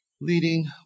leading